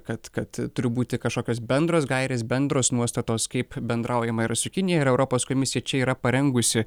kad kad turi būti kažkokios bendros gairės bendros nuostatos kaip bendraujama yra su kinija ir europos komisija čia yra parengusi